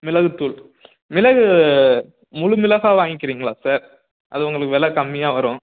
மிளகுத் தூள் மிளகு முழு மிளகா வாய்ங்க்கிறீங்களா சார் அது உங்களுக்கு வில கம்மியாக வரும்